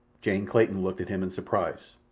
jane clayton looked at him in surprise.